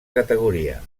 categoria